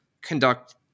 conduct